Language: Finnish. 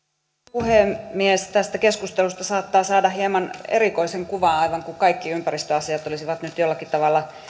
puhemies tästä keskustelusta saattaa saada hieman erikoisen kuvan aivan kuin kaikki ympäristöasiat olisivat nyt jollakin tavalla